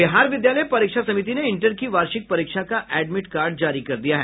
बिहार विद्यालय परीक्ष समिति ने इंटर की वार्षिक परीक्षा का एडमिट कार्ड जारी कर दिया है